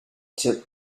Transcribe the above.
took